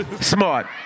Smart